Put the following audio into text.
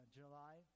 july